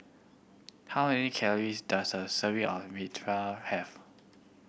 how many calories does a serving of Raita have